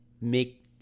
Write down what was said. make